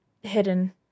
hidden